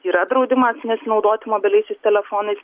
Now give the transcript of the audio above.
yra draudimas nesinaudoti mobiliaisiais telefonais